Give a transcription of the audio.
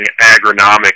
agronomic